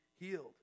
healed